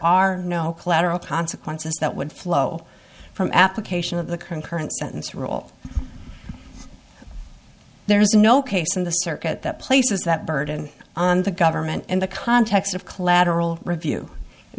are no collateral consequences that would flow from application of the concurrent sentence rule there is no case in the circuit that places that burden on the government in the context of collateral review